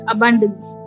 Abundance